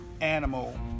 animal